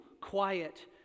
quiet